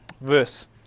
verse